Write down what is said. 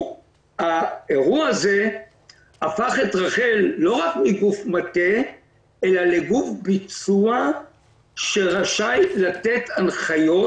האירוע הזה הפך את רח"ל לא רק לגוף מטה אלא לגוף ביצוע שנותן הנחיות,